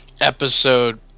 episode